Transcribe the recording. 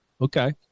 Okay